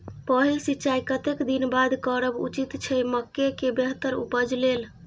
पहिल सिंचाई कतेक दिन बाद करब उचित छे मके के बेहतर उपज लेल?